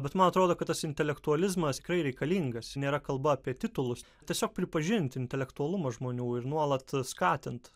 bet man atrodo kad tas intelektualizmas tikrai reikalingas nėra kalba apie titulus tiesiog pripažinti intelektualumą žmonių ir nuolat skatint